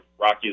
Rocky